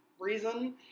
reason